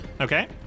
Okay